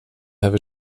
have